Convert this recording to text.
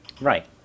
Right